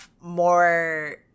more